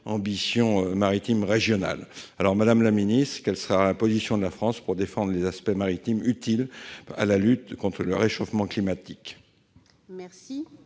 Ambition maritime régionale. Madame la secrétaire d'État, quelle sera la position de la France pour défendre les aspects maritimes utiles à la lutte contre le réchauffement climatique ?